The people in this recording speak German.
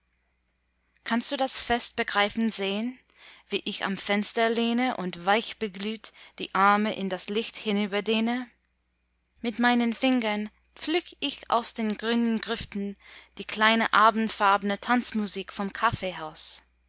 kannst du das fest begreifend sehen wie ich am fenster lehne und weich beglüht die arme in das licht hinüberdehne mit meinen fingern pflück ich aus den grünen grüften die kleine abendfarbne tanzmusik vom kaffehaus